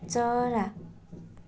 चरा